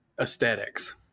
aesthetics